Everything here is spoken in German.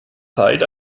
zeit